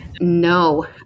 No